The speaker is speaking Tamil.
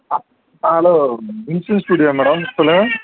ஆ ஹலோ வின்சன் ஸ்டூடியோ மேடம் சொல்லுங்கள்